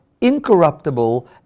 incorruptible